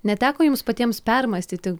neteko jums patiems permąstyti